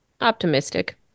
optimistic